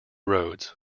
roads